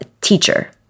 teacher